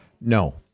No